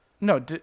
no